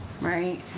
right